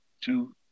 two